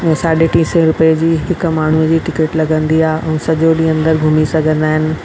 साढे टी सै रुपए जी हिकु माण्हूअ जी टिकट लॻंदी आहे ऐं सॼो ॾींहुं अंदरि घुमीं सघंदा आहिनि